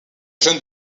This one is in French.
jeune